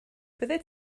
byddet